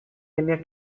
έννοια